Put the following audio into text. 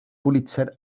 pulitzer